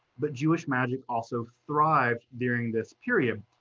but jewish magic also thrived during this period.